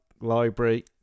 library